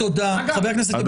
חבר הכנסת גדי